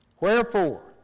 Wherefore